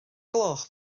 gloch